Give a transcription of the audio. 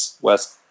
west